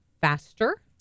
faster